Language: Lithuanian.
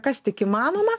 kas tik įmanoma